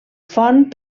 font